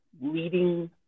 leading